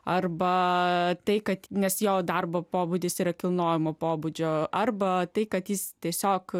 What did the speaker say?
arba tai kad nes jo darbo pobūdis yra kilnojamo pobūdžio arba tai kad jis tiesiog